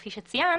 כפי שציינת,